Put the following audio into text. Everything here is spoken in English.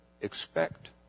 expect